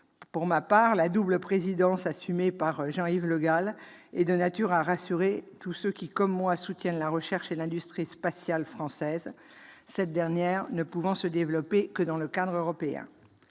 de l'ESA. La double présidence, assumée par Jean-Yves Le Gall, est de nature à rassurer tous ceux qui, comme moi, soutiennent la recherche et l'industrie spatiale française, cette dernière ne pouvant se développer que dans le cadre européen.